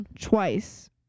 twice